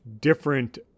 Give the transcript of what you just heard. different